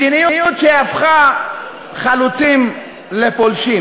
מדיניות שהפכה חלוצים לפולשים.